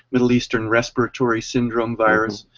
middle eastern respiratory syndrome virus,